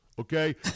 Okay